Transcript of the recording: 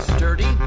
Sturdy